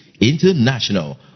International